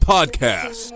Podcast